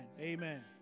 amen